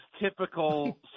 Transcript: typical